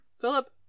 philip